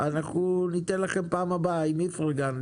אנחנו ניתן לכם להתבטא בפעם הבאה, יחד עם איפרגן.